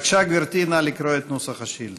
בבקשה, גברתי, נא לקרוא את נוסח השאילתה.